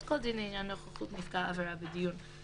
כל דין לעניין נוכחות נפגע עבירה בדיון,